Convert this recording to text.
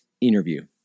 Interview